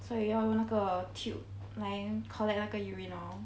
所以要用那个 tube 来 connect 那个 urinal